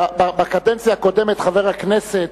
בקדנציה הקודמת חבר הכנסת,